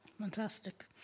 Fantastic